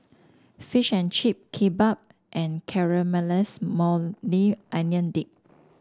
Fish and Chip Kimbap and Caramelize Maui Onion Dip